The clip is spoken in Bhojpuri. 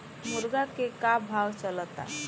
मुर्गा के का भाव चलता?